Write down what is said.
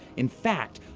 in fact,